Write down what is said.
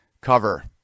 cover